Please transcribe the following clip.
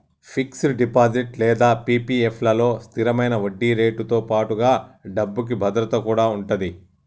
fixed deposit లేదా PPF లలో స్థిరమైన వడ్డీరేటుతో పాటుగా డబ్బుకి భద్రత కూడా ఉంటది